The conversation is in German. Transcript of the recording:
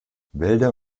wälder